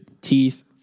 teeth